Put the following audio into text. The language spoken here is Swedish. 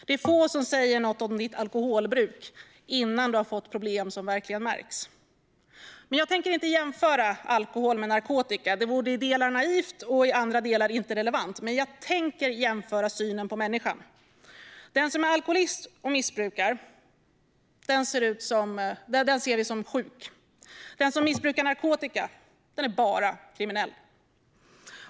Det är få som säger något om ditt alkoholbruk innan du har fått problem som verkligen märks. Jag tänker inte jämföra alkohol med narkotika. Det vore i delar naivt och i andra delar inte relevant. Men jag tänker jämföra synen på människan. Den som är alkoholist och missbrukar ser vi som sjuk. Den som missbrukar narkotika är bara kriminell.